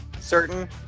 certain